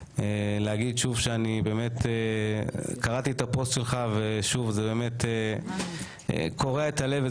י.ח, קראתי את הפוסט שלך קורע הלב.